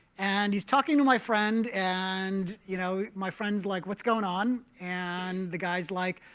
and he's talking to my friend, and you know my friend's like, what's going on? and the guy's like,